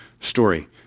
story